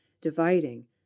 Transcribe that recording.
dividing